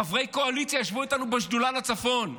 חברי קואליציה ישבו איתנו בשדולה לצפון,